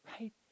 Right